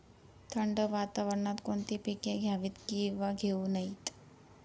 थंड वातावरणात कोणती पिके घ्यावीत? किंवा घेऊ नयेत?